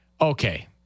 Okay